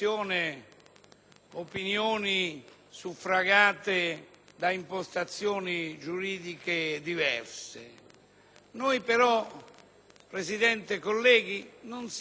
opinioni suffragate da impostazioni giuridiche diverse. Noi però, Presidente e colleghi, non siamo